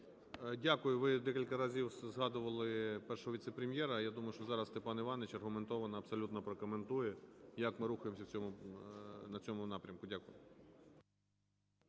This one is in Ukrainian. Дякую. Ви декілька разів згадували Першого віце-прем'єра, я думаю, що зараз Степан Іванович аргументовано абсолютно прокоментує, як ми рухаємося на цьому напрямку. Дякую.